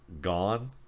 gone